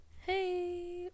hey